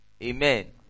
amen